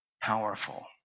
powerful